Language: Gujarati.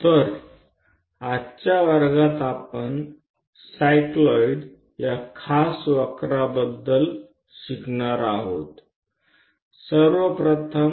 તો આજના વર્ગમાં આપણે એક ખાસ વક્ર સાયક્લોઈડ વિશે શીખીશું